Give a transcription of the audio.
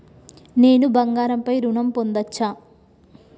నేను బంగారం పై ఋణం పొందచ్చా?